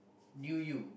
knew you